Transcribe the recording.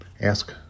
ask